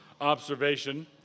observation